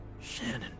Shannon